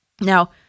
Now